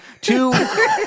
two